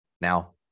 Now